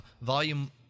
volume